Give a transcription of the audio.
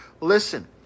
Listen